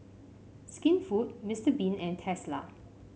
Skinfood Mister Bean and Tesla